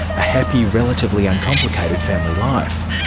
a happy, relatively uncomplicated family life.